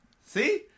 See